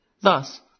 Thus